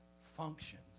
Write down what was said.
functions